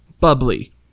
Bubbly